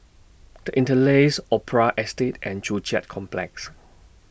The Interlace Opera Estate and Joo Chiat Complex